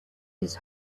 his